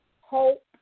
hope